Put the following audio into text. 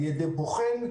על ידי בוחן,